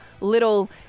Little